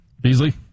Beasley